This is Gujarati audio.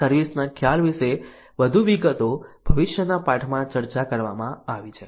સર્વિસ ના ખ્યાલ વિશે વધુ વિગતો ભવિષ્યના પાઠમાં ચર્ચા કરવામાં આવી છે